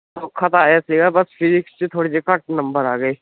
ਔਖਾ ਤਾਂ ਆਇਆ ਸੀਗਾ ਬਸ ਫਿਜਿਕਸ 'ਚ ਥੋੜ੍ਹੇ ਜਿਹੇ ਘੱਟ ਨੰਬਰ ਆ ਗਏ